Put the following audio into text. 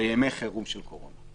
לימי חירום של קורונה,